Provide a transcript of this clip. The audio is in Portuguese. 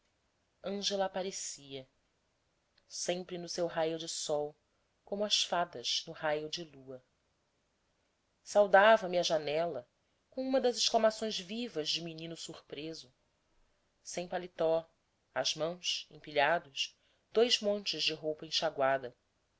ângela aparecia sempre no seu raio de sol como as fadas no raio de lua saudava me à janela com uma das exclamações vivas de menino surpreso sem paletó às mãos empilhados dois montes de roupa enxaguada